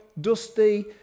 dusty